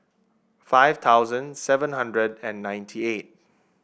five thousand seven hundred and ninety eight